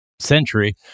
century